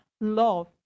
love